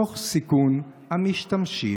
תוך סיכון המשתמשים?